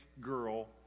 girl